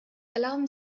erlauben